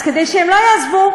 אז כדי שהם לא יעזבו,